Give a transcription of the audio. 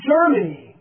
Germany